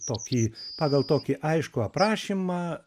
tokį pagal tokį aiškų aprašymą